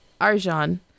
Arjan